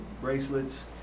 bracelets